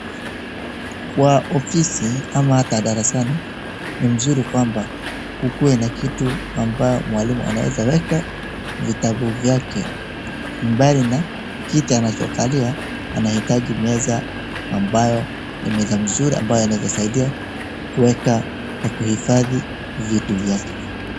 Kwa ofisi ama hata darasani ni mzuri kwamba kukue na kitu amabyo mwalimu anaeza weka vitabu vyake. Mbali na kiti anachokalia anahitaji meza amabyo ni meza mzuri ambayo inaweza saidia kuweka na kuhifadhi vitu vyake.